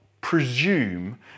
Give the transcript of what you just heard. presume